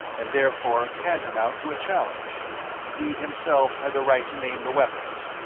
and therefore tantamount to a challenge he, himself, had the right to name the weapons.